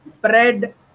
bread